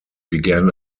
began